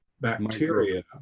bacteria